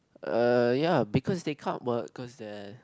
err ya because they can't work because they're